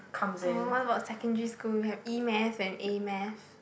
oh what about secondary school you have E-math and A-math